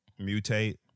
mutate